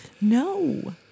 No